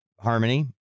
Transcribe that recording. Harmony